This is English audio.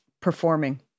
performing